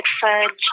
fudge